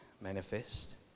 manifest